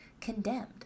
condemned